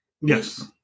Yes